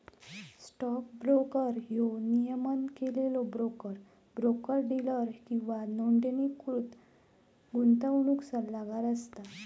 stock broker ह्यो नियमन केलेलो ब्रोकर, ब्रोकर डीलर किंवा नोंदणीकृत गुंतवणूक सल्लागार असता